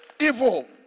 evil